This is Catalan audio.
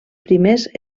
primers